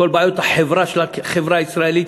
את כל בעיות החברה של החברה הישראלית,